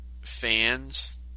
fans